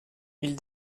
ils